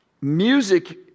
music